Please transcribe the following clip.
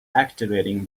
activating